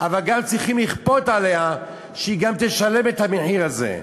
אבל גם צריכים לכפות עליה שהיא גם תשלם את המחיר הזה.